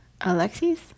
Alexi's